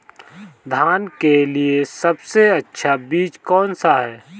धान के लिए सबसे अच्छा बीज कौन सा है?